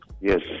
Yes